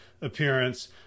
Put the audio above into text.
appearance